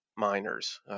miners